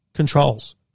Controls